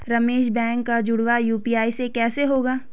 Ramesh bank का जुड़ाव UPI से कैसे होगा?